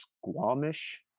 squamish